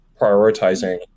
prioritizing